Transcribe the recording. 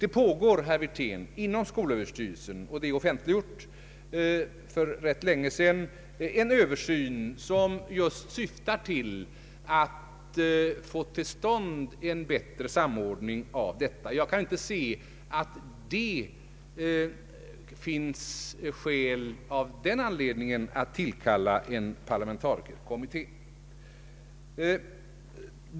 Det pågår inom skolöverstyrelsen, och det är offentliggjort för rätt länge sedan, en översyn som just siktar till att få till stånd en bättre samordning av detta. Jag kan därför inte se att det av den anledningen finns skäl att tillkalla en parlamentarikerkommitté.